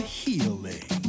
healing